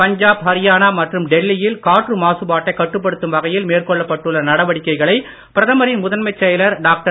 பஞ்சாப் ஹரியானா மற்றும் டெல்லி யில் காற்று மாசுபாட்டை கட்டுப்படுத்தும் வகையில் மேற்கொள்ளப் பட்டுள்ள நடவடிக்கைகளை பிரதமரின் முதன்மைச் செயலர் டாக்டர்